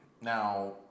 Now